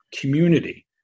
community